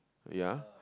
ya